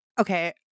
okay